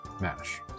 mash